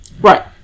Right